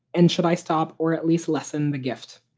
and should i stop or at least lessen the gift?